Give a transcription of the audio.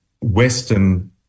Western